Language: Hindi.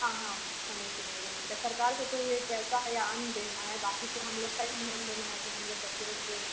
हाँ हाँ समय से भोजन मिलता है सरकार को तो यह एक ऐसा है आम दिन है बाकी तो हम लोग का ही ध्यान देना है जो हम लोग बच्चे को